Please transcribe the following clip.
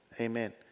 amen